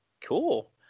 cool